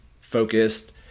focused